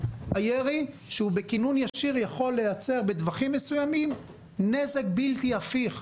כשהירי בכינון ישיר הוא יכול לייצר בטווחים מסוימים נזק בלתי הפיך.